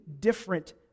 different